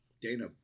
Dana